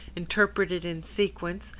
interrupted in sequence,